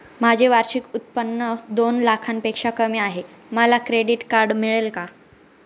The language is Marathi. माझे वार्षिक उत्त्पन्न दोन लाखांपेक्षा कमी आहे, मला क्रेडिट कार्ड मिळेल का?